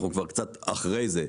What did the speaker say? אנחנו כבר קצת אחרי זה.